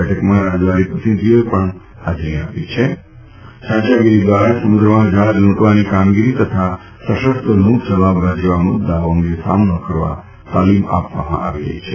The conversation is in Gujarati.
બેઠકમાં રાજદ્વારી પ્રતિનિધિઓ પણ ફાજર રહ્યા છે તેમાં ચાંચીયાગીરી દ્વારા સમુદ્રમાં જફાજ લૂંટવાની કામગીરી તથા સશર લૂંટ ચલાવવા જેવા મુદ્દાઓ અંગે સામનો કરવા તાલીમ આપવામાં આવી રફી છે